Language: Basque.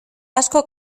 asko